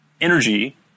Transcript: energy